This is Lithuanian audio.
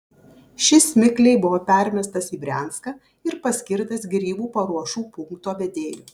šis mikliai buvo permestas į brianską ir paskirtas grybų paruošų punkto vedėju